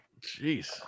Jeez